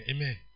Amen